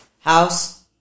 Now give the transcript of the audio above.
house